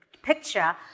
picture